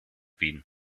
wien